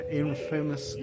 infamous